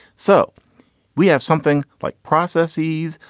so we have something like processes,